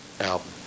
album